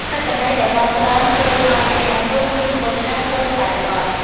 ហើយកន្លែងដែលបន់ស្រន់ពេលសោយអាហារ នោះ មានឈ្មោះថា ភូមិសែនបន់។